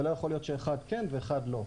לא יכול להיות שאחד כן ואחד לא.